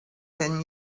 ten